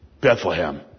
Bethlehem